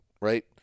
right